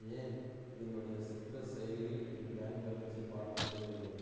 ஏன் என்னுடைய சிட்ரஸ் செயலியில் என் பேங்க் பேலன்ஸை பார்க்க முடியவில்லை